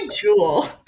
jewel